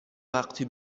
وقتی